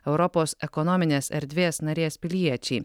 europos ekonominės erdvės narės piliečiai